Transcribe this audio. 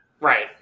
Right